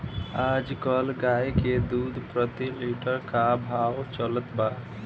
आज कल गाय के दूध प्रति लीटर का भाव चलत बा?